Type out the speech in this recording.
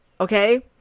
okay